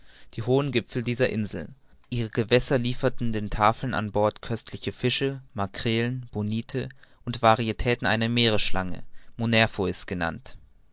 die hohen gipfel dieser insel ihre gewässer lieferten den tafeln an bord köstliche fische makrelen bonite und varietäten einer meerschlange munerophis genannt